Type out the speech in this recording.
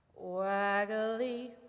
waggly